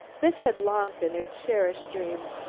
this had long been a cherished dream.